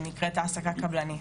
שנקראת העסקה קבלנית.